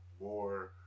more